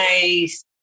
nice